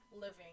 living